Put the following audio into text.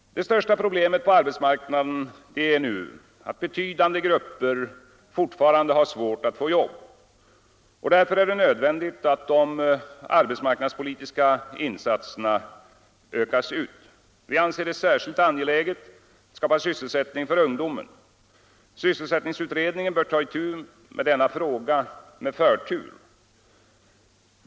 Det största problemet på arbetsmarknaden är nu att betydande grupper fortfarande har svårt att få jobb. Därför är det nödvändigt att de arbetsmarknadspolitiska insatserna ökas ut. Vi anser det särskilt angeläget att skapa sysselsättning för ungdomen. Sysselsättningsutredningen bör ta itu med denna fråga med förtur.